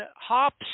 hops